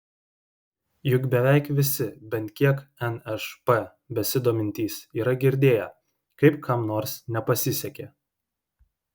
juk beveik visi bent kiek nšp besidomintys yra girdėję kaip kam nors nepasisekė